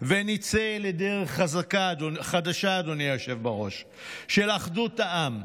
ונצא לדרך חדשה, אדוני היושב בראש, של אחדות העם.